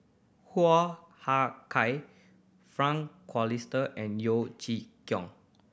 Hoo Ah Kay Frank Cloutier and Yeo Chee Kiong